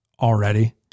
already